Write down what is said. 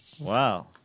Wow